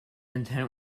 intent